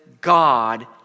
God